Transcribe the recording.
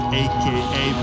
aka